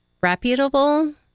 reputable